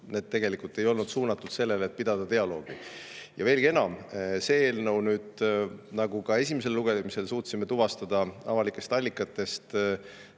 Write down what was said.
olnud tegelikult suunatud sellele, et pidada dialoogi. Veelgi enam, see eelnõu, nagu me ka esimesel lugemisel suutsime tuvastada avalikest allikatest,